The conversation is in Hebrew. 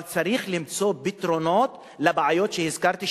אבל צריך למצוא פתרונות לבעיות שהזכרתי,